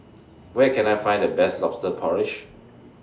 Where Can I Find The Best Lobster Porridge